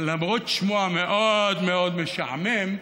למרות שמו המאוד-מאוד משעמם,